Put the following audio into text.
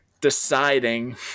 deciding